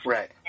Right